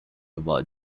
about